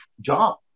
job